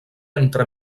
entre